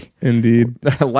Indeed